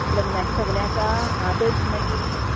लग्नाचें सगळें आसा हां थंयच मागीर